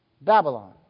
Babylon